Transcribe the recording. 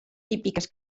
típiques